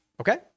Okay